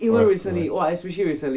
correct correct